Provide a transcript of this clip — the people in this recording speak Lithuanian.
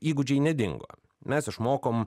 įgūdžiai nedingo mes išmokom